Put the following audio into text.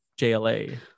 JLA